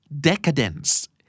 Decadence